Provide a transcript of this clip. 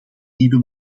nieuwe